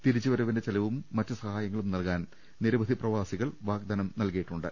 തിരിച്ചുവരവിന്റെ ചെലവും മറ്റ് സഹായങ്ങളും നൽകാൻ നിരവധി പ്രവാസികൾ വാഗ്ദാനം ചെയ്തിട്ടു ണ്ട്